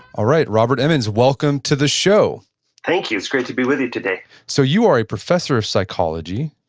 all right, robert emmons, welcome to the show thank you. it's great to be with you today so you are a professor of psychology,